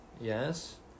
Yes